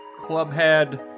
Clubhead